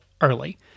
early